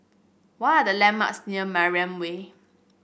what are the landmarks near Mariam Way